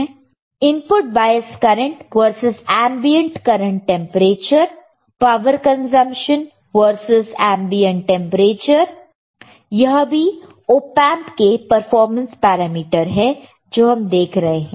input bias current versus ambient current temperature power consumption versus ambient temperature यह भी opamp opamp के performance parameter है जो हम देख रहे हैं